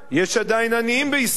יש עדיין עניים בישראל,